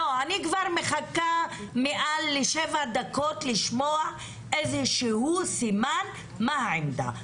אני מחכה כבר למעלה משבע דקות לשמוע איזשהו סימן מה העמדה.